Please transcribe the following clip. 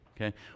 okay